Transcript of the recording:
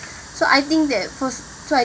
so I think that for so